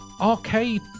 arcade